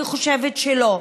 אני חושבת שלא.